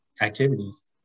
activities